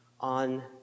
on